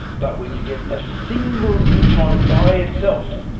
but when you get a single neutron by itself,